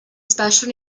special